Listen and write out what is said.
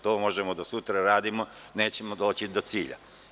To možemo do sutra da radimo, nećemo doći do cilja.